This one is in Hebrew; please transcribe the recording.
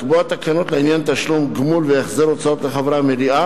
לקבוע תקנות לעניין תשלום גמול והחזר הוצאות לחברי המליאה